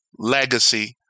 legacy